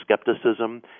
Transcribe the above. skepticism